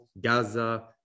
Gaza